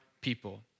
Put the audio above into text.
people